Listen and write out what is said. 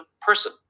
person